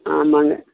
ஆமாங்க